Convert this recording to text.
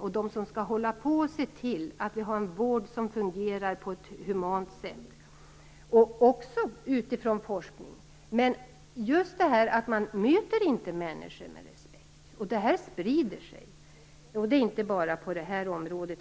Om de som skall se till att vården fungerar på ett humant sätt, även inom forskningen, har den inställningen möter de inte människor med respekt. Detta sprider sig, och det är inte bara på det här området